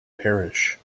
parish